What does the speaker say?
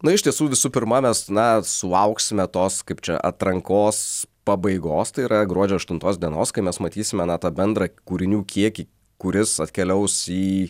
na iš tiesų visų pirma mes na sulauksime tos kaip čia atrankos pabaigos tai yra gruodžio aštuntos dienos kai mes matysime na tą bendrą kūrinių kiekį kuris atkeliaus į